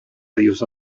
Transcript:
diosa